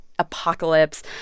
Apocalypse